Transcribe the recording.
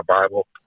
Bible